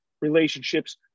relationships